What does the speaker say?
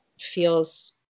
feels